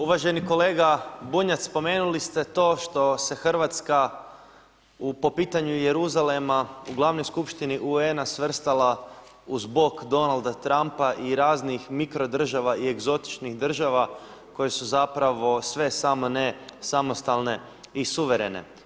Uvaženi kolega Bunjac spomenuli ste to što se Hrvatska po pitanju Jeruzalema u Glavnoj skupštini UN-a svrstala uz bok Donalda Trumpa i raznih mikrodržava i egzotičnih država koje su sve samo ne samostalne i suverene.